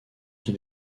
qui